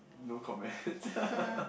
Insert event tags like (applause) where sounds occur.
no comment (laughs)